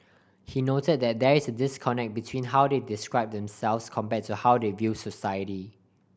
he noted that there is a disconnect between how they describe themselves compare to how they view society